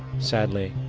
sadly,